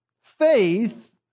faith